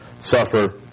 suffer